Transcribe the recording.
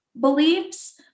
beliefs